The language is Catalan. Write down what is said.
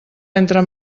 entre